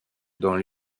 dans